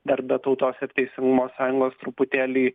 dar be tautos ir teisingumo sąjungos truputėlį